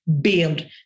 build